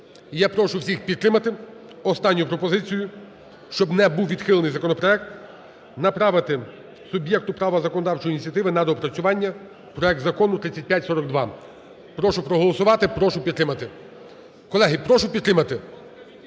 я прошу всіх підтримати останню пропозицію: щоб не був відхилений законопроект, направити суб'єкту права законодавчої ініціативи на доопрацювання проект Закону 3542. Прошу проголосувати, прошу підтримати. Колеги, прошу підтримати!